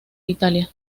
italia